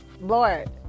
Lord